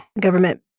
Government